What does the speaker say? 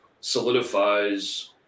solidifies